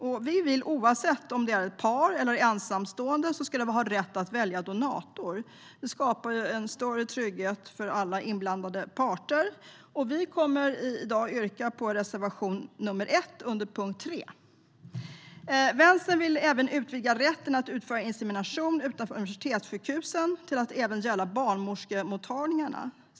Vi vill att man oavsett om man lever som par eller är ensamstående ska ha rätt att välja donator. Det skapar en större trygghet för alla inblandande parter, och vi kommer i dag att yrka bifall till reservation nr 1 under punkt 3. Vänstern vill också utvidga rätten att utföra insemination utanför universitetssjukhusen till att även gälla barnmorskemottagningarna.